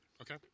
okay